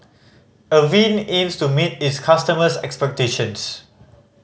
avene aims to meet its customers' expectations